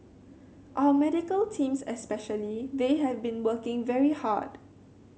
our medical teams especially they have been working very hard